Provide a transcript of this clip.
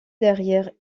derrière